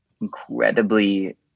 incredibly